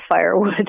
firewood